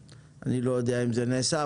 אני לא יודע אם זה נעשה,